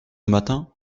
matin